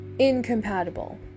Incompatible